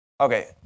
Okay